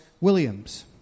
Williams